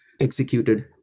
executed